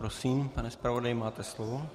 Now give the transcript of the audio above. Prosím, pane zpravodaji, máte slovo.